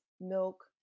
milk